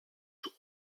took